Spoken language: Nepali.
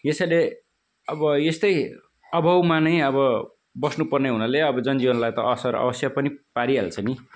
यसैले अब यस्तै अभावमा नै अब बस्नु पर्ने हुनाले अब जनजीवनलाई त असर अवश्य पनि पारिहाल्छ नि